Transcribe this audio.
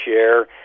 share